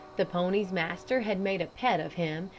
the pony's master had made a pet of him,